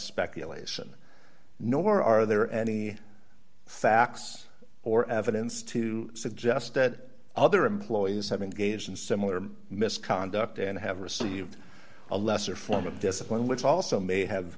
speculation nor are there any facts or evidence to suggest that other employees have engaged in similar misconduct and have received a lesser form of discipline which also may have